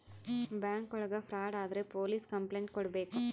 bank ಒಳಗ fraud ಆದ್ರೆ police complaint ಕೊಡ್ಬೇಕು